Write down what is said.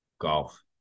Golf